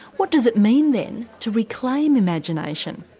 what does it mean then to reclaim imagination?